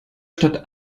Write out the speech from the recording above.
statt